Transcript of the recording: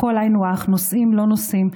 הכול היינו הך, נוסעים, לא נוסעים.